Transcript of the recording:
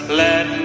let